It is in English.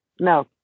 No